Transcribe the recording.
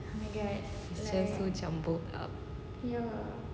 it's just so campur up